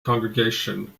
congregation